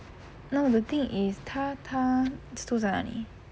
no the thing is 他他住在哪里